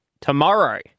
tomorrow